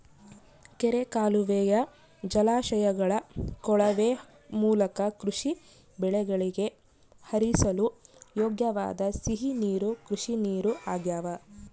ಕೆರೆ ಕಾಲುವೆಯ ಜಲಾಶಯಗಳ ಕೊಳವೆ ಮೂಲಕ ಕೃಷಿ ಬೆಳೆಗಳಿಗೆ ಹರಿಸಲು ಯೋಗ್ಯವಾದ ಸಿಹಿ ನೀರು ಕೃಷಿನೀರು ಆಗ್ಯಾವ